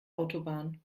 autobahn